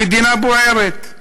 המדינה בוערת,